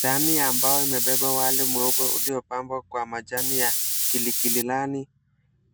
Sahani ambayo imebeba wali mweupe iliyopambwa kwa majani ya kilikililani